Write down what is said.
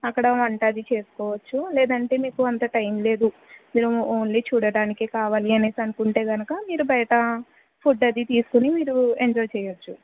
అక్కడ వంట అది చేసుకోవచ్చు లేదంటే మీకు అంత టైం లేదు మీరు ఓన్లీ చూడడానికి కావాలి అని అనుకుంటే కనుక మీరు బయట ఫుడ్ అది తీసుకుని మీరు ఎంజాయ్ చెయ్యచ్చు